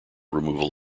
removal